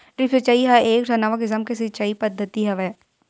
drip सिचई ह एकठन नवा किसम के सिचई पद्यति हवय